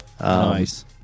Nice